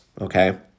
Okay